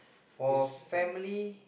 for family